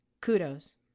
kudos